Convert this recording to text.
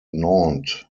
nantes